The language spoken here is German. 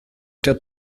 der